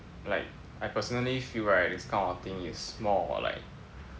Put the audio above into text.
like I personally feel right this kind of thing is more of like